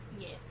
Yes